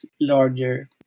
larger